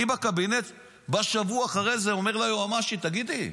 אני בקבינט בשבוע אחרי זה אומר ליועמ"שית: תגידי,